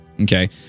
Okay